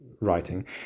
writing